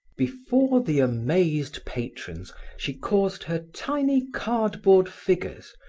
before the amazed patrons, she caused her tiny cardboard figures,